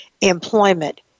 employment